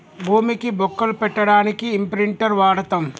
భూమికి బొక్కలు పెట్టడానికి ఇంప్రింటర్ వాడతం